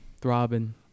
Throbbing